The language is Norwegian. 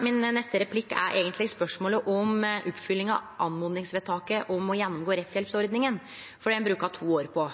Min neste replikk gjeld eigentleg spørsmålet om oppfølginga av oppmodingsvedtaket om å gjennomgå rettshjelpsordninga, for det har ein bruka to år på.